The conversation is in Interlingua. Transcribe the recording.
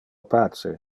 pace